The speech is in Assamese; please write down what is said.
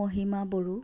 মহিমা বড়ো